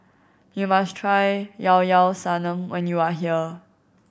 you must try Llao Llao Sanum when you are here